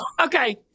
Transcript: Okay